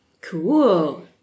Cool